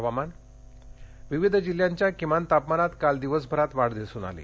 हवामान् विविध जिल्ह्यांच्या किमान तापमानात काल दिवसभरात वाढ दिसून आली